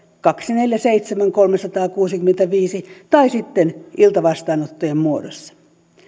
kaksikymmentäneljä kautta seitsemän kolmesataakuusikymmentäviisi tai sitten iltavastaanottojen muodossa